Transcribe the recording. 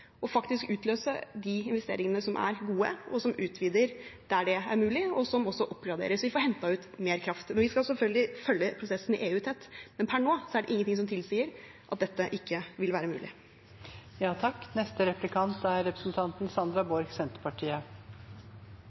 og faktisk utløse de investeringene som er gode, som utvider der det er mulig, og som også oppgraderer, så vi får hentet ut mer kraft. Vi skal selvfølgelig følge prosessen med EU tett, men per nå er det ingenting som tilsier at dette ikke vil være mulig.